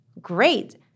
great